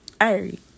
Irie